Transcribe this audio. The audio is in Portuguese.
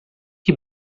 que